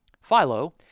Philo